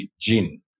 gene